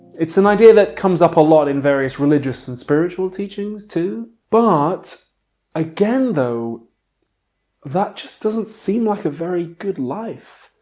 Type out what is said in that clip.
it's an idea that comes up a lot in various religious and spiritual teachings too but again though that just doesn't seem like a very good life.